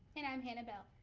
and i'm hannah bell.